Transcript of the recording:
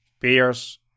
peers